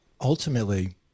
Ultimately